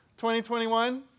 2021